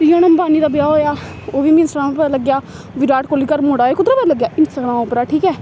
फ्ही जि'यां हून अंबानी दा ब्याह् होएआ ओह् बी मीं इंस्टाग्राम उप्पर पता लग्गेआ विराट कोहली घर मुड़ा होएआ कुद्धरा पता लग्गेआ इंस्टाग्राम उप्परा ठीक ऐ